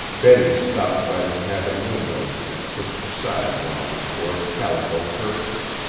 betty stopped by the cabin window and pushed aside one of the short, calico curtains.